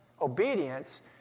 obedience